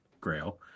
grail